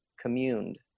communed